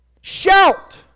Shout